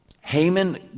Haman